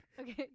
okay